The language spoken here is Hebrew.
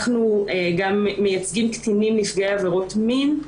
אנחנו גם מייצגים קטינים נפגעי עבירות מין.